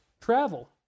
travel